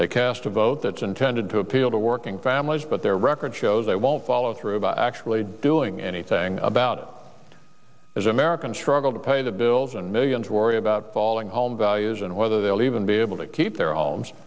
they cast a vote that's intended to appeal to working families but their record shows they won't follow through by actually doing anything about it as americans struggle to pay the bills and millions worry about falling home values and whether they will even be able to keep their homes